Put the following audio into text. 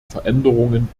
veränderungen